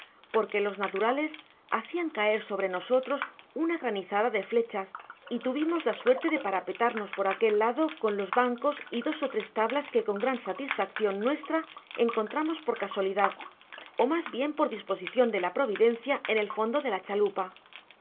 porque los naturales hacian caer sobre nosotros una granizada de flechas y tuvimos la suerto de parapetarnos por aquel lado con los bancos y dos ó tres tablas que con gran satisfaccion nuestra encontramos por casualidad ó masbiea por disposicion de la provideacia en el fondo de la chalupa